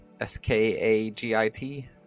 S-K-A-G-I-T